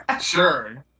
Sure